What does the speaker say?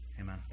Amen